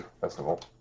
festival